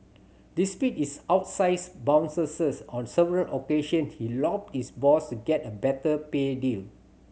despite his outsize bonuses on several occasion he lobbied his boss to get a better pay deal